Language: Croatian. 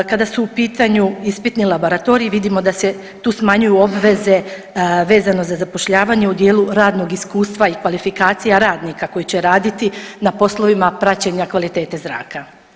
Kada su u pitanju ispitni laboratoriji, vidimo da se tu smanjuju obveze vezano za zapošljavanje u dijelu radnog iskustva i kvalifikacije radnika koji će raditi na poslovima praćenja kvalitete zraka.